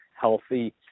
healthy